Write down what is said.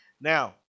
Now